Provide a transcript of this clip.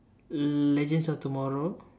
legends of tomorrow